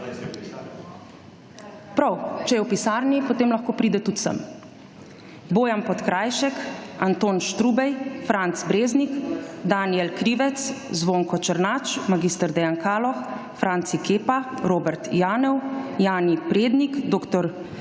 če je v pisarni, potem lahko pride tudi sem.